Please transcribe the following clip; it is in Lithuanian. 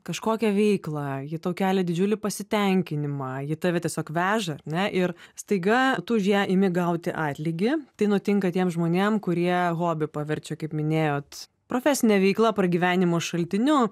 kažkokią veiklą ji tau kelia didžiulį pasitenkinimą ji tave tiesiog veža ar ne ir staiga tu už ją imi gauti atlygį tai nutinka tiem žmonėm kurie hobį paverčia kaip minėjot profesine veikla pragyvenimo šaltiniu